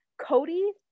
Cody